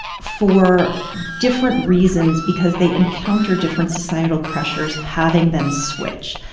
for different reasons because they encounter different societal pressures having them switch.